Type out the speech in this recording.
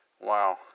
Wow